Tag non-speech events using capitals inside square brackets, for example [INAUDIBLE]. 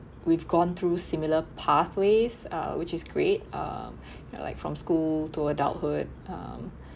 we've gone through similar pathways uh which is great um [BREATH] you know like from school to adulthood um